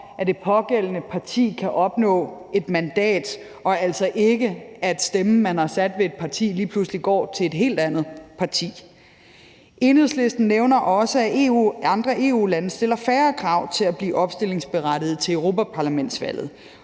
at det pågældende parti kan opnå et mandat, og at stemmen, man har givet et parti med sit kryds, altså ikke lige pludselig går til et helt andet parti. Enhedslisten nævner også, at andre EU-lande stiller færre krav til at blive opstillingsberettiget til europaparlamentsvalget.